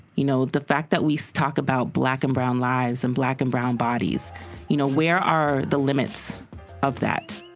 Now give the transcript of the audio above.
you know, the fact that we talk about black and brown lives and black and brown bodies you know, where are the limits of that?